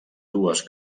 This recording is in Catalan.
dues